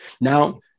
now